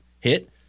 hit